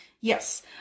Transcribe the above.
Yes